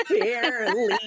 barely